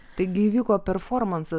taigi vyko performansas